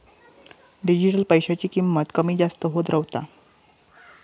digital पैशाची किंमत कमी जास्त होत रव्हता